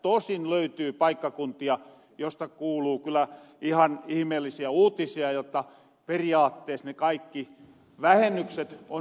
tosin löytyy paikkakuntia joista kuuluu kyllä ihan ihmeellisiä uutisia jotta periaatteessa ne kaikki vähennykset on syöty sinne